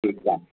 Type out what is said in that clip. ठीकु आहे